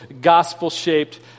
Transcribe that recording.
gospel-shaped